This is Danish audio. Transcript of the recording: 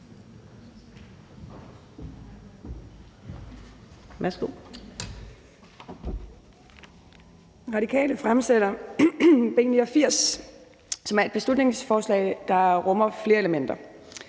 Radikale har fremsat B 89, som er et beslutningsforslag, der rummer flere elementer.